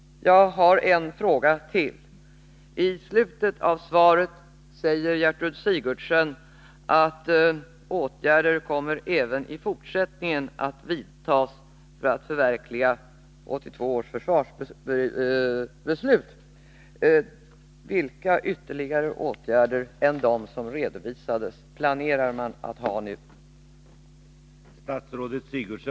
Jag har en fråga till. I slutet av svaret säger Gertrud Sigurdsen att åtgärder ”kommer även i fortsättningen att vidtas för att förverkliga 1982 års försvarsbeslut”. Vilka åtgärder utöver dem som har redovisats planerar man att vidta?